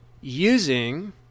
using